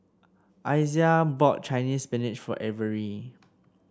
Isaiah bought Chinese Spinach for Avery